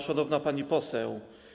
Szanowna Pani Poseł!